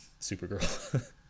Supergirl